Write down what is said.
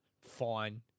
fine